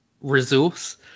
resource